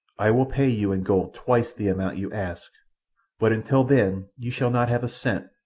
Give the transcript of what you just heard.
i will pay you in gold twice the amount you ask but until then you shall not have a cent,